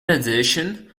addition